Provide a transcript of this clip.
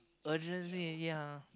urgency ya